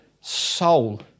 soul